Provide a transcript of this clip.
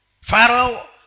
Pharaoh